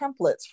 templates